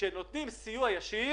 כשנותנים סיוע ישיר